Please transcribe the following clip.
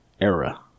era